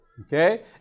Okay